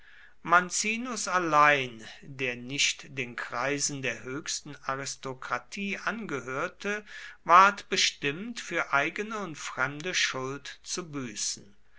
mancinus allein der nicht den kreisen der höchsten aristokratie angehörte ward bestimmt für eigene und fremde schuld zu büßen